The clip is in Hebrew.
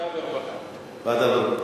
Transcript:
עבודה ורווחה.